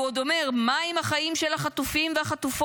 והוא עוד אומר: מה עם החיים של החטופים והחטופות?